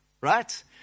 right